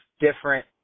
different